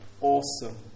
awesome